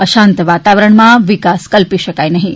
અશાંત વાતાવરણમાં વિકાસ કલ્પી શકાય નહીં